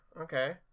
Okay